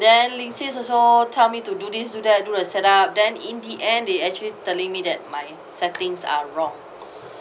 then linksys also tell me to do this do that do the set up then in the end they actually telling me that my settings are wrong